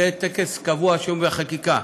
זה טקס קבוע בחקיקה,